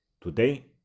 Today